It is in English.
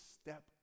step